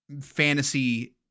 fantasy